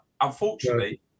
Unfortunately